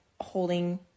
holding